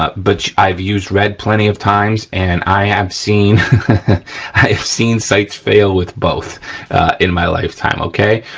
ah but i've used red plenty of times and i have seen i have seen sights fail with both in my lifetime, okay.